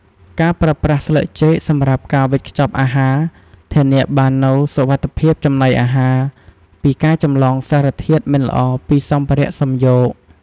ការប្រើប្រាស់ស្លឹកចេកសម្រាប់ការវេចខ្ចប់អាហារ ធានាបាននូវសុវត្ថិភាពចំណីអាហារ ពីការចម្លងសារធាតុមិនល្អពីសម្ភារៈសំយោគ។